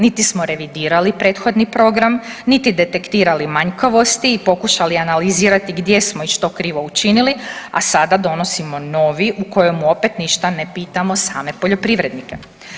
Niti smo revidirali prethodni program, niti detektirali manjkavosti i pokušali analizirati gdje smo i što krivo učinili, a sada donosimo novi u kojem opet ništa ne pitamo same poljoprivrednike.